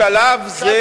בשלב זה